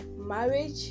marriage